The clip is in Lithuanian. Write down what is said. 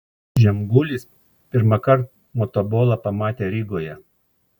žemgulis pirmąkart motobolą pamatė rygoje